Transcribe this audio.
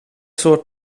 soort